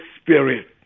spirit